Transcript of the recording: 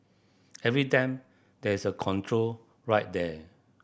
every time there is a control right there